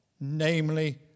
namely